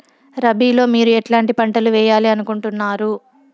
రబిలో మీరు ఎట్లాంటి పంటలు వేయాలి అనుకుంటున్నారు?